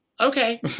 Okay